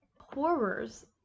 horrors